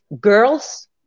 girls